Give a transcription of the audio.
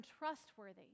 untrustworthy